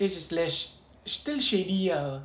this is less still shady ah